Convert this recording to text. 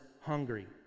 hungry